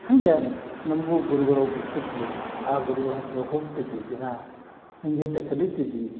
ಹಂಗೆ ನಮಗೂ ಗುರುಗಳು ಒಬ್ಬರು ಸಿಕ್ಕರು ಆ ಗುರುಗಳ ಹತ್ತಿರ ಹೋಗ್ತಿದ್ವಿ ದಿನ ಸಂಗೀತ ಕಲಿತಿದ್ವಿ